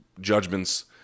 judgments